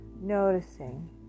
Noticing